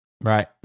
Right